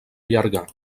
allargar